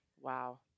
Wow